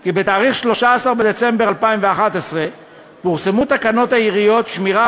כי ביום 13 בדצמבר 2011 פורסמו תקנות העיריות (שמירה,